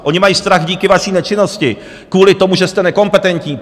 Oni mají strach díky vaší nečinnosti, kvůli tomu, že jste nekompetentní.